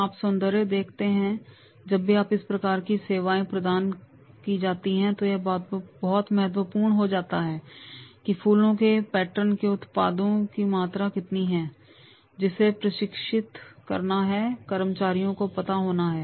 आप सौंदर्य देखते हैं कि जब भी इस प्रकार की सेवाएं प्रदान की जाती हैं तो यह बहुत महत्वपूर्ण हो जाता है कि फूलों के पैटर्न के उत्पादों की मात्रा कितनी है जिसे प्रशिक्षित करना है कर्मचारियों को पता होना है